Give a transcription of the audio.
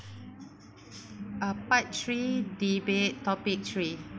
uh part three debate topic three